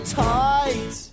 tight